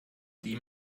sie